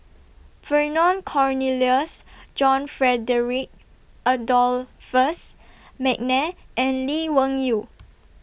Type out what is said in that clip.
Vernon Cornelius John Frederick Adolphus Mcnair and Lee Wung Yew